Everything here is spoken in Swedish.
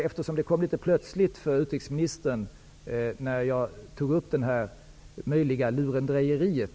Eftersom det kom litet plötsligt för utrikesministern när jag tog upp frågan om det möjliga lurendrejeriet...